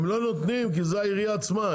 הם לא נותנים כי זה העירייה עצמה.